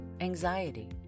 anxiety